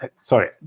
sorry